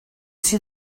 see